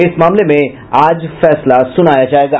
इस मामले में आज फैसला सुनाया जायेगा